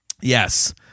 Yes